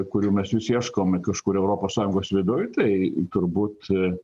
kurių mes vis ieškom kažkur europos sąjungos viduj tai turbūt